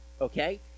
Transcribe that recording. Okay